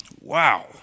Wow